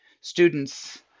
students